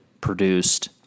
produced